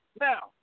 now